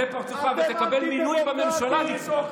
חבר הכנסת אמסלם,